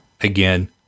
again